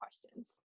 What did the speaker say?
questions